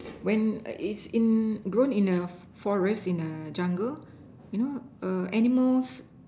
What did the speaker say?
when is in grown in a forest in a jungle you know err animals